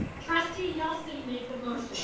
trustee yelsey made the motion.